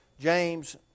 James